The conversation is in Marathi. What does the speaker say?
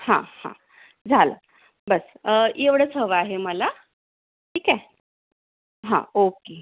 हां हां झालं बस एवढंच हवं आहे मला ठीक आहे हां ओके